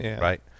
right